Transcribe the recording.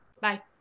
bye